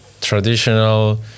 traditional